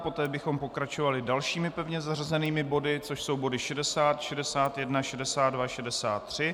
Poté bychom pokračovali dalšími pevně zařazenými body, což jsou body 60, 61, 62, 63.